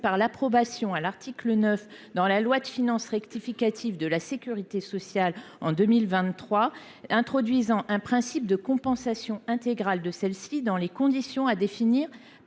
par l’approbation de l’article 9 de la loi de financement rectificative de la sécurité sociale pour 2023, qui introduit le principe de compensation intégrale de cette hausse dans des conditions à définir